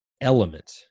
element